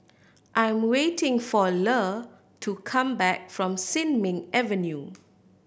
I am waiting for Le to come back from Sin Ming Avenue